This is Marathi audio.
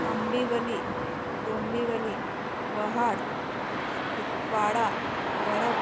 आंबिवली दोंबिवली वर्हाड टिटवाळा वरप